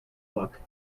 luck